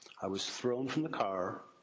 i was thrown from the car.